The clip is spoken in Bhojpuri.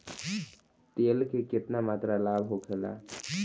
तेल के केतना मात्रा लाभ होखेला?